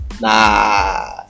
Nah